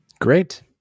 Great